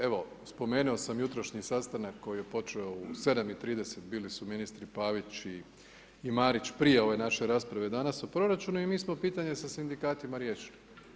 Evo, spomenuo sam jutrošnji sastanak koji je počeo u 7,30, bili su ministri Pavić i Marić prije ove naše rasprave danas o proračunu i mi smo pitanja sa sindikatima riješili.